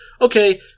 Okay